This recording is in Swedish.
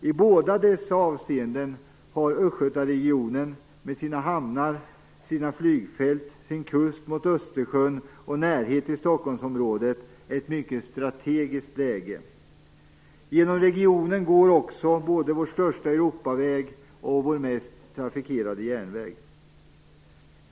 I båda dessa avseenden har Östgötaregionen med sina hamnar, sina flygfält, sin kust mot Östersjön och närhet till Stockholmsområdet ett mycket strategiskt läge. Genom regionen går också både vår största Europaväg och vår mest trafikerade järnväg.